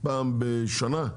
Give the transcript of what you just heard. פעם בשנה.